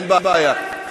אין בעיה.